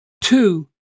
Two